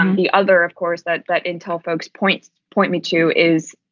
um the other, of course, that that intel folks point appointment to is,